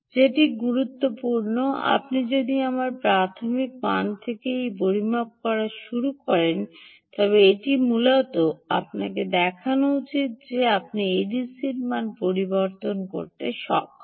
যেটি গুরুত্বপূর্ণ আপনি যদি আমার প্রাথমিক মান থেকে একটি পরিমাপ করা শুরু করুন এটি মূলত আপনাকে দেখানো উচিত যে আপনি এডিসি মান পরিবর্তন করতে সক্ষম